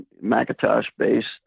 Macintosh-based